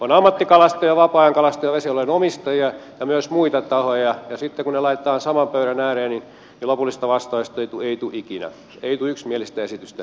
on ammattikalastajia vapaa ajankalastajia vesialueen omistajia ja myös muita tahoja ja sitten kun ne laitetaan saman pöydän ääreen niin lopullista vastausta ei tule ikinä ei tule yksimielistä esitystä